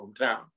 hometown